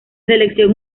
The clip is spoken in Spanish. selección